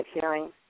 hearing